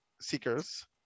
seekers